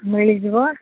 ମିଳିଯିବ